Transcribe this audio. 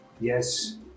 Yes